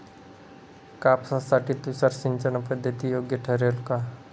कापसासाठी तुषार सिंचनपद्धती योग्य ठरेल का?